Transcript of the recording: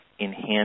enhance